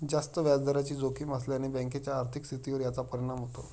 जास्त व्याजदराची जोखीम असल्याने बँकेच्या आर्थिक स्थितीवर याचा परिणाम होतो